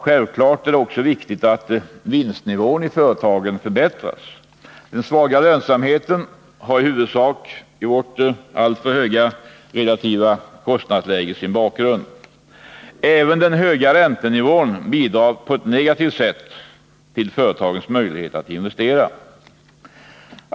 Självklart är det också viktigt att vinstnivån i företagen förbättras. Huvudorsaken till den svaga lönsamheten är vårt alltför höga relativa kostnadsläge. Även den högre räntenivån bidrar på ett negativt sätt till företagens möjligheter att investera.